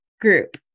group